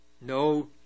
No